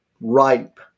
ripe